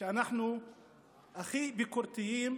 שאנחנו הכי ביקורתיים